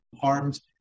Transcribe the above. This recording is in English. harms